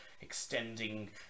extending